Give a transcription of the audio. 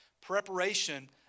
Preparation